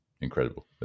incredible